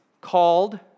called